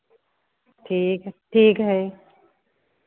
ठीक है ठीक है